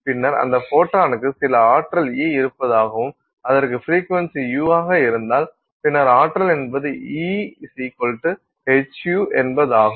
பின்னர் அந்த ஃபோட்டானுக்கு சில ஆற்றல் E இருப்பதாகவும் அதற்கு ஃப்ரீக்வென்சி 'u' ஆக இருந்தால் பின்னர் ஆற்றல் என்பது E hυ என்பதாகும்